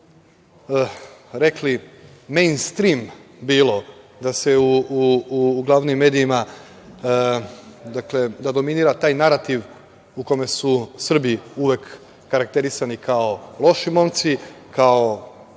rekli " main stream" bilo da se u glavnim medijima, dakle, da dominira taj narativ u kome su Srbi uvek okarakterisani kao loši momci, kao